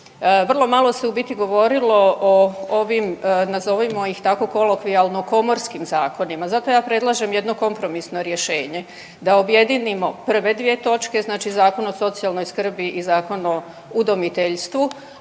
vrlo malo se u biti govorilo o ovim nazovimo ih tako kolokvijalno komorskim zakonima, zato ja predlažem jedno kompromisno rješenje da objedinimo prve dvije točke, znači Zakon o socijalnoj skrbi i Zakon o udomiteljstvu,